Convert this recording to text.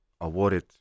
awarded